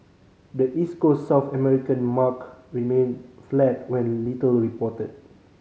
the East Coast South American market remained flat with little reported